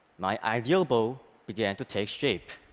my ideal bow began to take shape,